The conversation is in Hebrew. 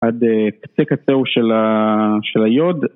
עד קצה קצהו של היוד